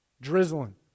drizzling